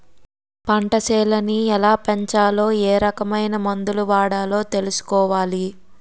పంటసేలని ఎలాపెంచాలో ఏరకమైన మందులు వాడాలో తెలుసుకోవాలి